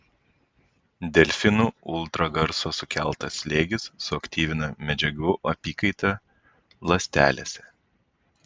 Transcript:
delfinų ultragarso sukeltas slėgis suaktyvina medžiagų apykaitą ląstelėse